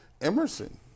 Emerson